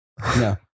No